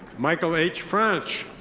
michael h. french.